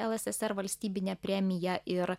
lssr valstybine premija ir